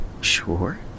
sure